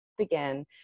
again